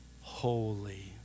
holy